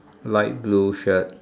light blue shirt